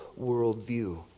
worldview